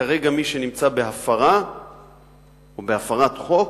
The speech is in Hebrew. כרגע מי שנמצא בהפרה או בהפרת חוק,